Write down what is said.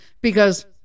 Because-